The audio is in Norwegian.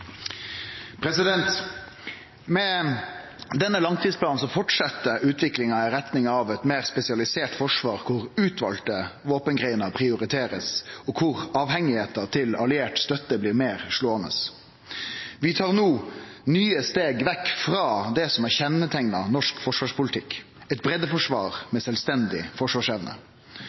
Med denne langtidsplanen fortset utviklinga i retning av eit meir spesialisert forsvar der utvalde våpengreiner blir prioriterte, og der avhengnaden av alliert støtte blir meir slåande. Vi tar no nye steg vekk frå det som har kjenneteikna norsk forsvarspolitikk, eit breiddeforsvar med sjølvstendig forsvarsevne.